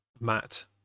Matt